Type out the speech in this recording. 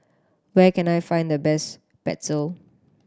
where can I find the best Pretzel